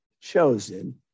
chosen